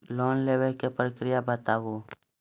Loan लेवे के प्रक्रिया बताहू?